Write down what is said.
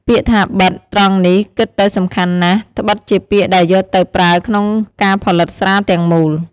ពាក្យថា «បិត» ត្រង់នេះ គិតទៅសំខាន់ណាស់ ដ្បិតជាពាក្យដែលយកទៅប្រើក្នុងការផលិតស្រាទាំងមូល។